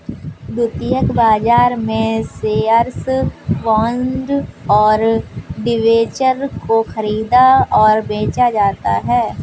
द्वितीयक बाजार में शेअर्स, बॉन्ड और डिबेंचर को ख़रीदा और बेचा जाता है